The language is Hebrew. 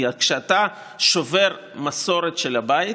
כי כשאתה שובר מסורת של הבית